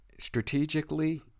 Strategically